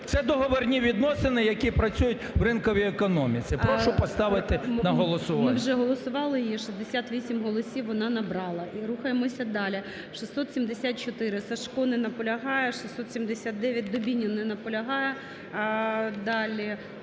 Це договірні відносини, які працюють в ринковій економіці. Прошу поставити на голосування. ГОЛОВУЮЧИЙ. Ми вже голосували її, 68 голосів вона набрала. І рухаємося далі. 674-а, Сажко. Не наполягає. 679-а, Дубінін. Не наполягає.